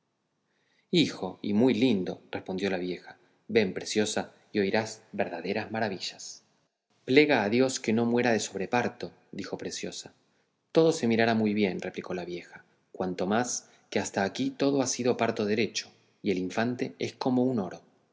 hijo y muy lindo respondió la vieja ven preciosa y oirás verdaderas maravillas plega a dios que no muera de sobreparto dijo preciosa todo se mirará muy bien replicó la vieja cuanto más que hasta aquí todo ha sido parto derecho y el infante es como un oro